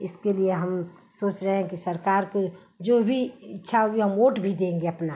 इसके लिए हम सोच रहे हैं कि सरकार को जो भी इच्छा होगी हम वोट भी देंगे अपना